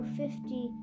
fifty